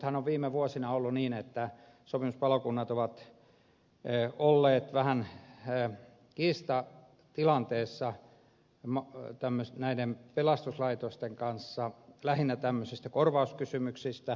nythän on viime vuosina ollut niin että sopimuspalokunnat ovat olleet vähän kiistatilanteessa näiden pelastuslaitosten kanssa lähinnä tämmöisistä korvauskysymyksistä